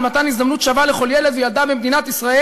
מתן הזדמנות שווה לכל ילד וילדה במדינת ישראל.